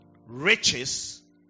Riches